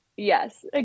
Yes